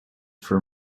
for